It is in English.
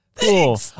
cool